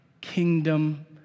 kingdom